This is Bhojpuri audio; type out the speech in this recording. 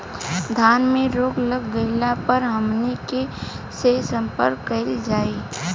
धान में रोग लग गईला पर हमनी के से संपर्क कईल जाई?